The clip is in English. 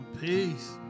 Peace